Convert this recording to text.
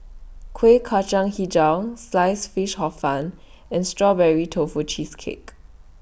Kuih Kacang Hijau Sliced Fish Hor Fun and Strawberry Tofu Cheesecake